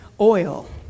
oil